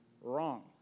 wrong